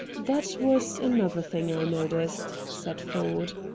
that was another thing i noticed, said ford.